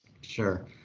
Sure